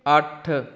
ਅੱਠ